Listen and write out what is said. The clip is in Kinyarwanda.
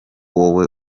wowe